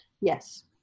Yes